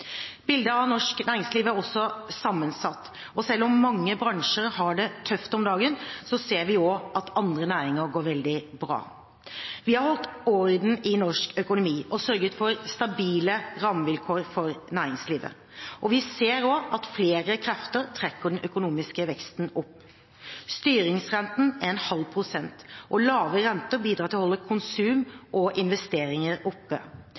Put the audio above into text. Bildet av norsk næringsliv er også sammensatt, og selv om mange bransjer har det tøft om dagen, ser vi at andre næringer går veldig bra. Vi har holdt orden i norsk økonomi og sørget for stabile rammevilkår for næringslivet. Vi ser også at flere krefter trekker den økonomiske veksten opp: Styringsrenten er en halv prosent, og lave renter bidrar til å holde konsum og investeringer oppe.